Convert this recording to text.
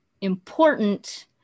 important